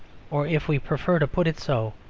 or, if we prefer to put it so,